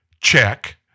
Check